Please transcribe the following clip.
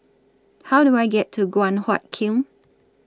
How Do I get to Guan Huat Kiln